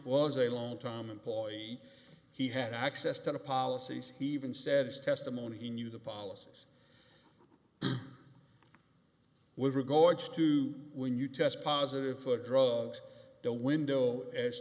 was a long time employee he had access to policies he even said testimony he knew the policies with regards to when you test positive for drugs don't window as